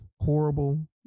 horrible